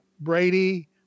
Brady